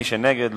מי שנגד,